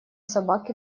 собак